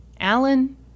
Alan